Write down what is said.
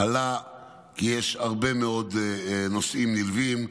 עלה כי יש הרבה מאוד נושאים נלווים,